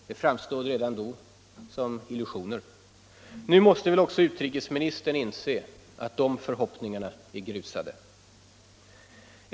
Det framstod redan då som illusioner. Nu måste väl också utrikesministern inse att de förhoppningarna är grusade.